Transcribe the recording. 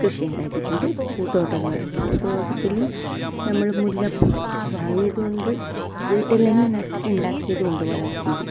കൃഷി ഉണ്ടാക്കീട്ടിണ്ട് പൂത്തോട്ടങ്ങൾ പൂത്തോട്ടത്തിൽ നമ്മൾ മുല്ലപ്പൂ വാങ്ങീതുമുണ്ട് വീട്ടിലന്നെ നട്ടിട്ട് ഉണ്ടാക്കീതുമുണ്ട് വളർത്തീട്ട്